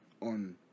on